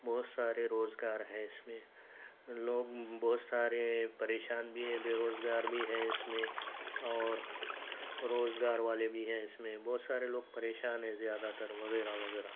بہت سارے روزگار ہے اس میں لوگ بہت سارے پریشان بھی ہے بےروزگار بھی ہے اس میں اور روزگار والے بھی ہیں اس میں بہت سارے لوگ پریشان ہیں زیادہ تر وغیرہ وغیرہ